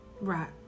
Right